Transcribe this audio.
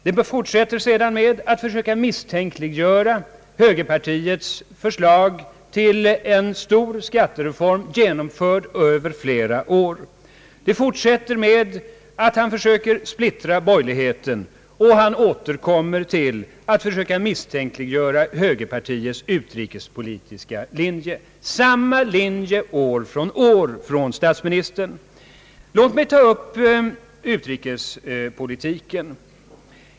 Det fortsätter med att han försöker misstänkliggöra högerpartiets förslag till en stor skattereform över flera år. Han går vidare med att försöka splittra borgerligheten, och han återkommer med ett försök att misstänkliggöra högerpartiets utrikespolitiska linje. Statsministern har samma metod år efter år. Låt mig ta upp utrikespolitiken.